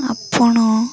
ଆପଣ